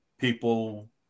people